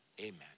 amen